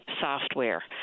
software